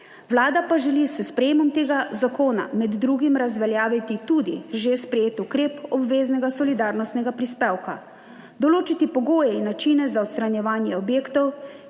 Vlada pa želi s sprejemom tega zakona med drugim razveljaviti tudi že sprejet ukrep obveznega solidarnostnega prispevka, določiti pogoje in načine za odstranjevanje objektov,